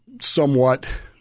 somewhat